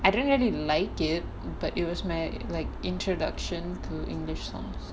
I didn't really like it but it was may like introduction to english songs